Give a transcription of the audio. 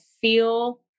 feel